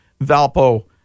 Valpo